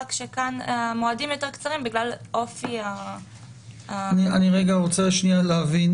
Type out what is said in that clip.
רק שכאן המועדים יותר קצרים בגלל אופי- - אני רוצה להבין